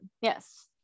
yes